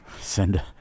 send